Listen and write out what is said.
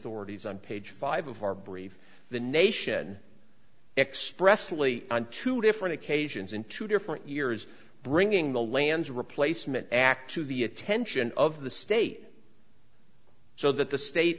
authorities on page five of our brief the nation expressly on two different occasions in two different years bringing the landes replacement act to the attention of the state so that the state